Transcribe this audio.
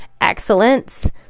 excellence